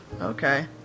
Okay